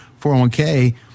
401k